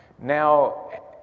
now